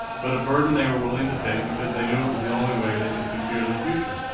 but a burden they were willing to take because they knew it was the only way they could secure their future.